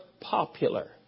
popular